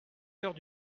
heures